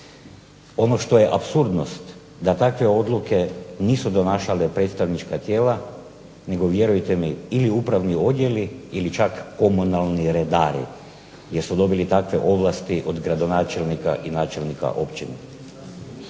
Ono što je apsurdnost da takve odluke nisu donašale predstavnička tijela, nego vjerujte ili upravni odjeli ili čak komunalni redari, jer su dobili takve ovlasti od gradonačelnika i načelnika općine.